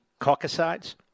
Caucasides